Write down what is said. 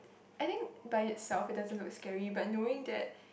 I think by itself it doesn't look scary but knowing that